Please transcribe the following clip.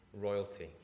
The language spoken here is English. royalty